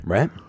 Right